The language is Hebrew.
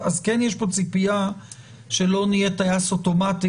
אז כן יש פה ציפייה שלא נהיה טייס אוטומטי